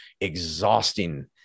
exhausting